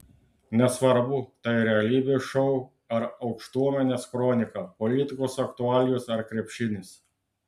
nesvarbu tai realybės šou ar aukštuomenės kronika politikos aktualijos ar krepšinis